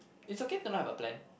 is okay to not have a plan